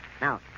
Now